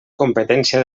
competència